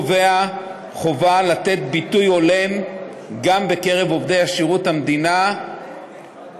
שבו נקבעה חובה לתת ביטוי הולם גם בקרב עובדי שירות המדינה לייצוגם,